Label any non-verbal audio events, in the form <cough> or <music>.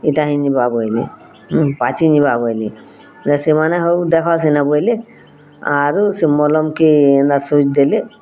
ଏଟା ହେଇ ଜିମା ବୋଇଲେ ପାଚି ଯିବା ବୋଇଲି ରେ ସେମାନେ ଆଉ ଦେଖା ସିନା ବୋଇଲି ଆରୁ ସେ ମଲମ୍ କେ <unintelligible> ଦେଲେ